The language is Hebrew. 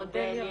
אודליה.